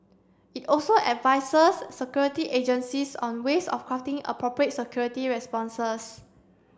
it also advises security agencies on ways of crafting appropriate security responses